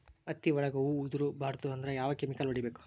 ಹತ್ತಿ ಒಳಗ ಹೂವು ಉದುರ್ ಬಾರದು ಅಂದ್ರ ಯಾವ ಕೆಮಿಕಲ್ ಹೊಡಿಬೇಕು?